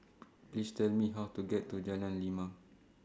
Please Tell Me How to get to Jalan Lima